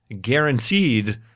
guaranteed